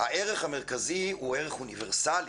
הערך המרכזי הוא ערך אוניברסלי.